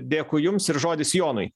dėkui jums ir žodis jonui